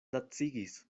lacigis